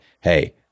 hey